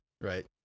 right